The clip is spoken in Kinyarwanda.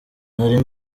nari